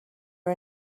are